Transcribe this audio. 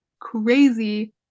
Crazy